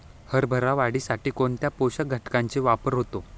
हरभरा वाढीसाठी कोणत्या पोषक घटकांचे वापर होतो?